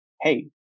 Hey